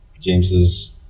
James's